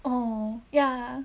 oh ya